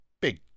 big